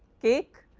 cake,